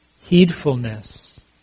heedfulness